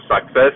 success